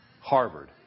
Harvard